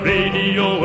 Radio